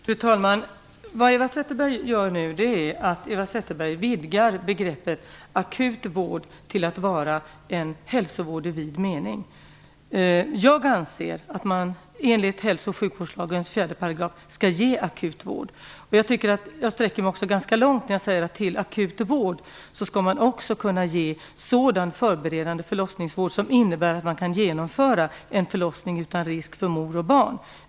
Fru talman! Vad Eva Zetterberg nu gör är att hon vidgar begreppet akut vård till att omfatta hälsovård i vid mening. Jag anser att man enligt 4 § i hälso och sjukvårdslagen skall ge akut vård. Jag sträcker mig ganska långt när jag säger att till akut vård skall man också kunna räkna sådan förberedande förlossningsvård som innebär att det går att genomföra en förlossning utan risk för mor och barn.